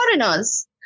foreigners